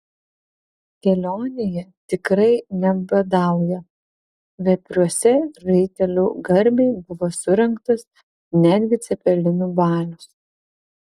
kelionėje tikrai nebadauja vepriuose raitelių garbei buvo surengtas netgi cepelinų balius